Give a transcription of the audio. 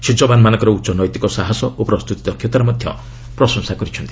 ସେ ଯବାନମାନଙ୍କର ଉଚ୍ଚ ନୈତିକ ସାହସ ଓ ପ୍ରସ୍ତତି ଦକ୍ଷତାର ପ୍ରଶଂସା କରିଛନ୍ତି